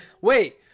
Wait